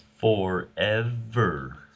Forever